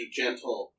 gentle